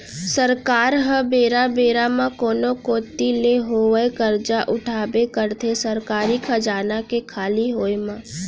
सरकार ह बेरा बेरा म कोनो कोती ले होवय करजा उठाबे करथे सरकारी खजाना के खाली होय म